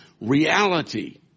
reality